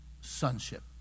sonship